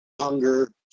hunger